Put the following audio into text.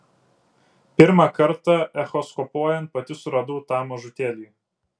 pirmą kartą echoskopuojant pati suradau tą mažutėlį